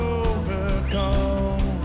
overcome